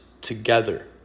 together